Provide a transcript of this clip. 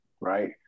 right